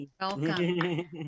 Welcome